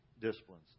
disciplines